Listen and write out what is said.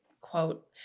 quote